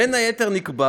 בין היתר נקבע